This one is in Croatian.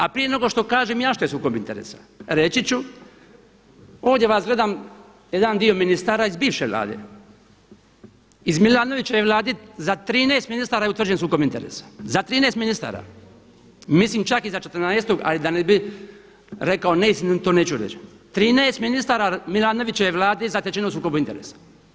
A prije nego što kažem ja šta je sukob interesa, reći ću ovdje vas gledam jedan dio ministara iz bivše vlade, iz Milanovićeve vlade za 13 ministara je utvrđen sukob interesa, za 13 ministara, mislim čak i za 14., ali da ne bi rekao neistinu to neću reći, 13 ministara Milanovićeve vlade je zatečeno u sukobu interesa.